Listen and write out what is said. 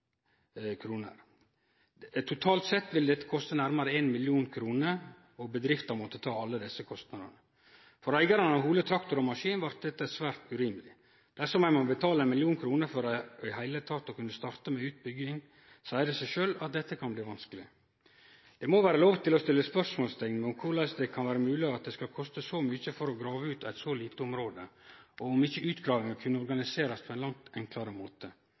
Totalt ville dette koste nærmare 1 mill. kr, og bedrifta måtte ta alle desse kostnadene. For eigaren av Hole Traktor & Maskin er dette svært urimeleg. Dersom ein må betale 1 mill. kr før ein i det heile kan starte med utbygging, seier det seg sjølv at dette blir vanskeleg. Det må vere lov til å stille spørsmål om korleis det kan vere mogleg at det skal koste så mykje for å grave ut eit så lite område, og om ikkje utgravinga kunne organiserast på ein langt enklare måte.